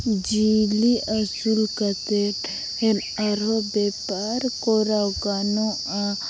ᱡᱤᱭᱟᱹᱞᱤ ᱟᱥᱩᱞ ᱠᱟᱛᱮᱫ ᱟᱨᱦᱚᱸ ᱵᱮᱯᱟᱨ ᱠᱚᱨᱟᱣ ᱜᱟᱱᱚᱜᱼᱟ